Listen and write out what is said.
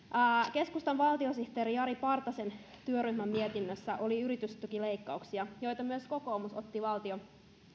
keskustan valtiosihteeri jari partasen työryhmän mietinnössä oli yritystukileikkauksia joita myös kokoomus otti